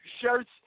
shirts